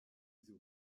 uzo